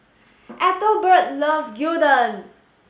Ethelbert loves Gyudon